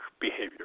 behavior